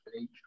age